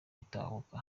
itahuka